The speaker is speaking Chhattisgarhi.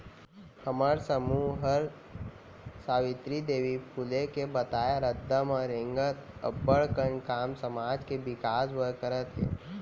हमर समूह हर सावित्री देवी फूले के बताए रद्दा म रेंगत अब्बड़ कन काम समाज के बिकास बर करत हे